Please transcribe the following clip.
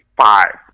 five